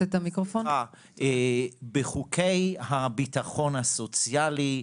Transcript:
בחוקי הביטחון הסוציאלי,